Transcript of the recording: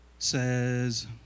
says